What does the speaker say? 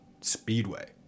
Speedway